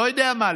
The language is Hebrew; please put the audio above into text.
לא יודע מה,